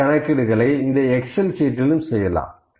இதே கணக்கீடுகளை இந்த எக்சல் சீட்டிலும் செய்யலாம்